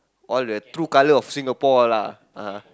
all the true colour of Singapore lah ah